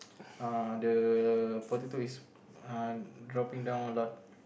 uh the potato is uh dropping down a lot